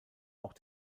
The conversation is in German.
auch